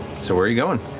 so where are you going?